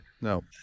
No